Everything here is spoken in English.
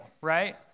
right